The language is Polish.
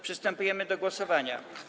Przystępujemy do głosowania.